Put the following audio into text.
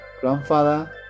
Grandfather